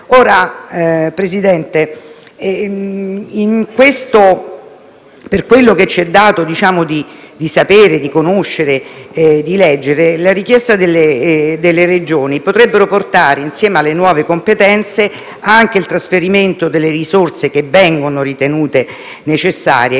del Consiglio, per quello che ci è dato sapere, conoscere e leggere, le richieste delle Regioni potrebbero comportare insieme alle nuove competenze, anche il trasferimento delle risorse ritenute necessarie,